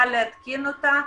קל להתקין אותה,